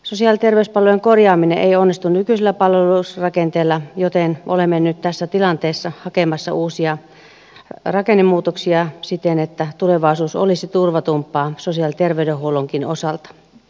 sosiaali ja terveyspalvelujen korjaaminen ei onnistu nykyisellä palvelurakenteella joten olemme nyt tässä tilanteessa hakemassa uusia rakennemuutoksia siten että tulevaisuus olisi turvatumpaa sosiaali ja terveydenhuollonkin osalta